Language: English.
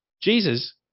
Jesus